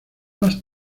más